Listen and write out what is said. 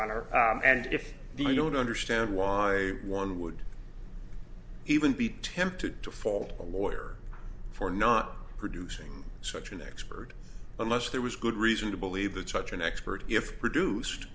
honor and if you don't understand why one would even be tempted to fall a lawyer for not producing such an expert unless there was good reason to believe that such an expert if produced